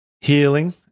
healing